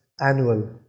annual